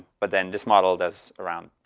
but then this model does around